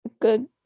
good